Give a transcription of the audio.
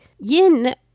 yin